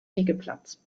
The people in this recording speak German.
liegeplatz